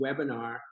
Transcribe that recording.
webinar